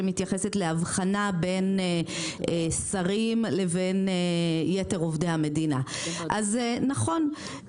שמתייחסת לאבחנה בין שרים לבין יתר עובדי המדינה: אז נכון,